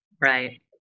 Right